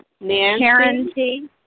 Nancy